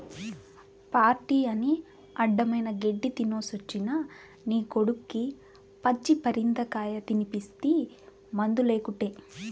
party అని అడ్డమైన గెడ్డీ తినేసొచ్చిన నీ కొడుక్కి పచ్చి పరిందకాయ తినిపిస్తీ మందులేకుటే